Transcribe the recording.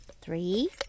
Three